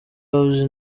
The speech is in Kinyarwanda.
house